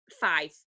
five